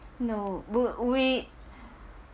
no but we